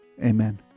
Amen